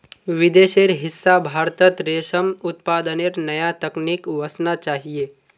विदेशेर हिस्सा भारतत रेशम उत्पादनेर नया तकनीक वसना चाहिए